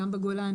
גם בגולן,